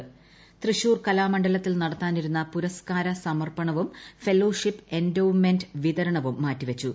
കലാമണ്ഡലം തൃശൂർ കലാമണ്ഡലത്തിൽ നടത്താനിരുന്ന പുരസ്കാര സമർപ്പണവും ഫെല്ലോഷിപ്പ് എൻഡോവ്മെന്റ് വിതരണവും മാറ്റിവച്ചു